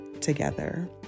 together